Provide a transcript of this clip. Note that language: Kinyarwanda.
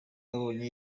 abonye